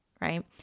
right